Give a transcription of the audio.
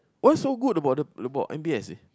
what's so good about the about m_b_s eh